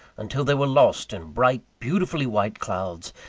until they were lost in bright, beautifully white clouds,